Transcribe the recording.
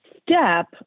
step